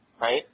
Right